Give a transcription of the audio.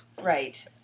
Right